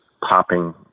popping